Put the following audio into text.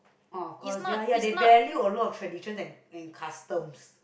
oh cause ya they are value a lot of tradition and and customs